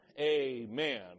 amen